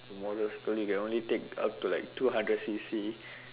motorcycles you can only take up to like two hundred C_C